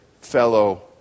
fellow